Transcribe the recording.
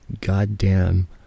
goddamn